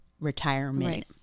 retirement